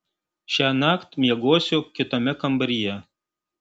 šiąnakt miegosiu kitame kambaryje